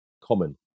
common